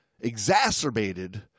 exacerbated